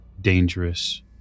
dangerous